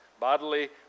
Bodily